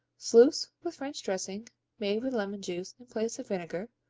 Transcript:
sluice with french dressing made with lemon juice in place of vinegar,